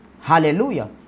hallelujah